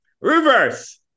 reverse